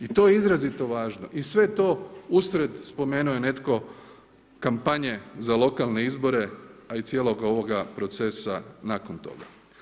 I to je izrazito važno i sve to usred, spomenuo je netko, kampanje za lokalne izbore, a i cijelog ovoga procesa nakon toga.